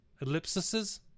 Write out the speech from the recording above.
Ellipses